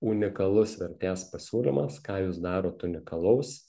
unikalus vertės pasiūlymas ką jūs darot unikalaus